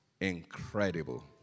incredible